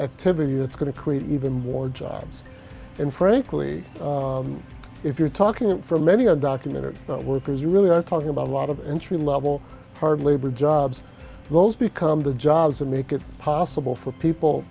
activity that's going to create even more jobs and frankly if you're talking about for many are documented workers you really are talking about a lot of entry level hard labor jobs those become the jobs and make it possible for people